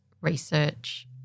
research